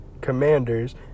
Commanders